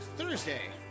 Thursday